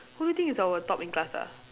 who do you think is our top in class ah